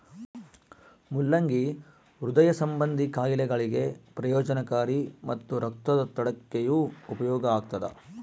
ಮುಲ್ಲಂಗಿ ಹೃದಯ ಸಂಭಂದಿ ಖಾಯಿಲೆಗಳಿಗೆ ಪ್ರಯೋಜನಕಾರಿ ಮತ್ತು ರಕ್ತದೊತ್ತಡಕ್ಕೆಯೂ ಉಪಯೋಗ ಆಗ್ತಾದ